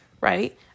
right